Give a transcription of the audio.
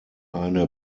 eine